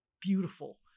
Beautiful